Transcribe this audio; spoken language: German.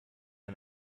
ein